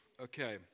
Okay